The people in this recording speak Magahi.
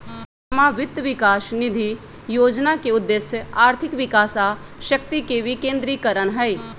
जमा वित्त विकास निधि जोजना के उद्देश्य आर्थिक विकास आ शक्ति के विकेंद्रीकरण हइ